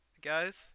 guys